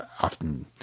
often